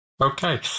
Okay